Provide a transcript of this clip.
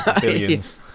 Billions